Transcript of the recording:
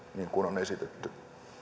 niin kuin on esitetty